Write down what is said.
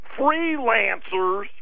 freelancers